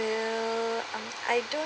um I don't